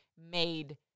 made